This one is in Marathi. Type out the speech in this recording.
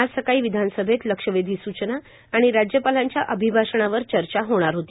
आज सकाळी विधानसभेत लक्षवेधी स्चना आणि राज्यपालांच्या अभिभाषणावर चर्चा होणार होती